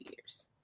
years